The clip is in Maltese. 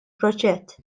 proġett